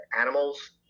animals